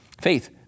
Faith